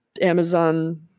Amazon